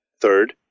third